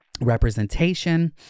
representation